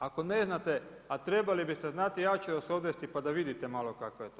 Ako ne znate, a trebali bi ste znati, ja ću vas odvesti pa da vidite malo kako je to.